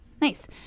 nice